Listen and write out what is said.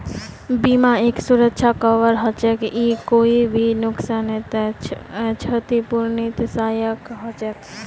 बीमा एक सुरक्षा कवर हछेक ई कोई भी नुकसानेर छतिपूर्तित सहायक हछेक